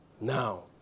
now